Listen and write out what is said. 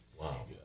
Wow